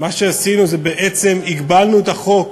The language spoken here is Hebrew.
מה שעשינו זה בעצם הגבלנו את החוק,